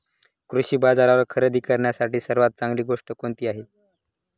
कृषी बाजारावर खरेदी करण्यासाठी सर्वात चांगली गोष्ट कोणती आहे?